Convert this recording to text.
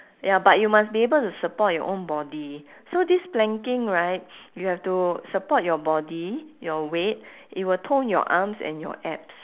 ya but you must be able to support your own body so this planking right you have to support your body your weight it will tone your arms and your abs